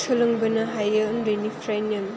सोलोंबोनो हायो उन्दैनिफ्रायनो